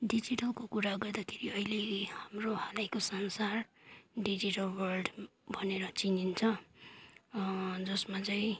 डिजिटलको कुरा गर्दाखेरि अहिले हाम्रो हालैको संसार डिजिटल वर्ल्ड भनेर चिनिन्छ जसमा चाहिँ